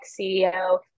ceo